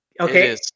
okay